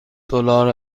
دلار